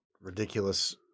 ridiculous